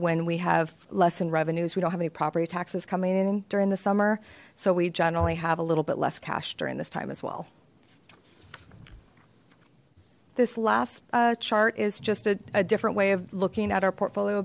when we have lesson revenues we don't have any property taxes coming in during the summer so we generally have a little bit less cash during this time as well this last chart is just a different way of looking at our portfolio